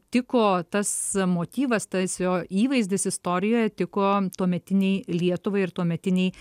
tiko tas motyvas tas jo įvaizdis istorijoje tiko tuometinei lietuvai ir tuometinei